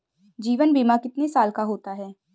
जीवन बीमा कितने साल का होता है?